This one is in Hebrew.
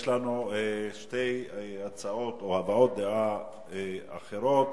יש לנו שתי הצעות, או הבעות דעה, אחרות.